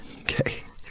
okay